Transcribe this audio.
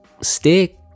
stick